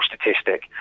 statistic